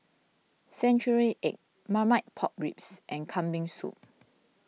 Century Egg Marmite Pork Ribs and Kambing Soup